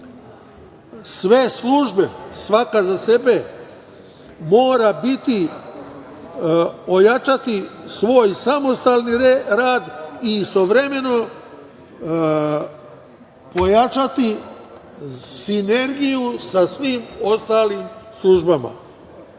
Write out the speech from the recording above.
službe, svaka za sebe, moraju ojačati svoj samostalni rad i istovremeno pojačati sinergiju sa svim ostalim službama.